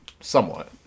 somewhat